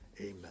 amen